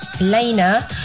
Lena